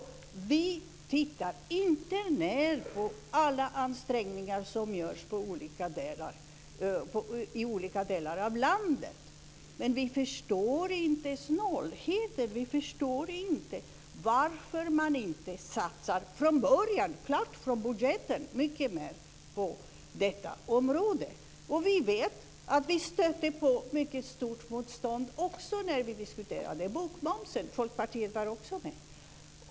Så vi ser inte ned på alla ansträngningar som görs i olika delar av landet. Men vi förstår inte snålheten. Vi förstår inte varför man inte satsar mycket mer från början, så att det är klart från budgeten, på detta område. Vi vet att vi stötte på mycket stort motstånd också när vi diskuterade bokmomsen. Folkpartiet var också med.